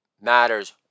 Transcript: matters